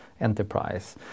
enterprise